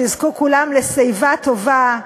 שיזכו כולם לשיבה טובה,